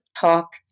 talk